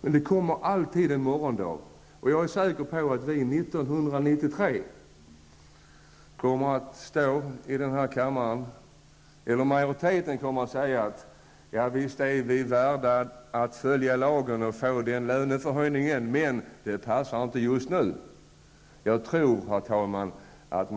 Men det kommer alltid en morgondag, och jag är säker på att vi står här i kammaren 1993 och att majoriteten säger att vi skall följa lagen och är värda att få en löneförhöjning, men att det inte passar just nu. Jag tror, herr talman, att